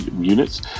Units